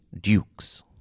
dukes